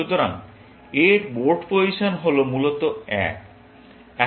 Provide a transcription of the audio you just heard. সুতরাং এর board position হল মূলত 1